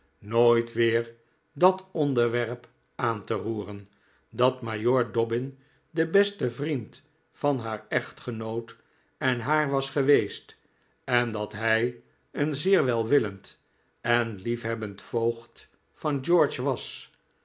nooit weer dat onderwerp aan te roeren dat majoor dobbin de beste vriend van haar echtgenoot en haar was geweest en dat hij een zeer welwillend en liefhebbend voogd van george was